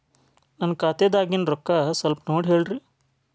ನನ್ನ ಖಾತೆದಾಗಿನ ರೊಕ್ಕ ಸ್ವಲ್ಪ ನೋಡಿ ಹೇಳ್ರಿ